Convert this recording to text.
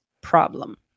problem